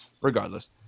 regardless